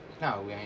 No